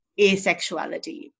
asexuality